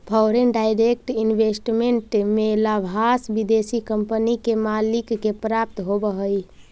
foreign direct investment में लाभांश विदेशी कंपनी के मालिक के प्राप्त होवऽ हई